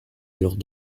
lors